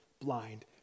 blind